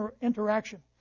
interaction